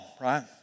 right